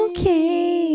Okay